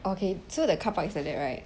okay so the car park is like that right